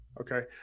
Okay